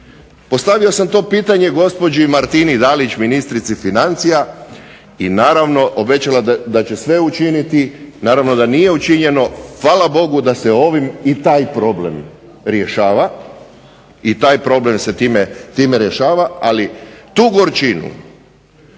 Postavio sam to pitanje gospođi Martini Dalić ministrici financija i naravno obećala je da će sve učiniti, naravno da nije učinjeno. Hvala Bogu da se ovim i taj problem rješava, ali tu gorčinu,